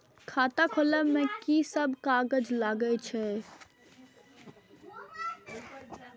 खाता खोलब में की सब कागज लगे छै?